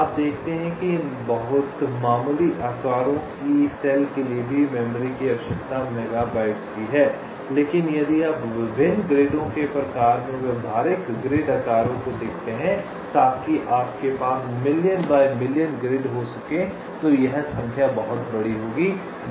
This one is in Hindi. आप देखते हैं कि इन बहुत मामूली आकारों की सेल के लिए भी मेमोरी की आवश्यकता मेगाबाइट्स की है लेकिन यदि आप विभिन्न ग्रिडों के प्रकार में व्यावहारिक ग्रिड आकारों को देखते हैं ताकि आपके पास मिलियन बाय मिलियन ग्रिड हो सकें तो यह संख्या बहुत बड़ी होगी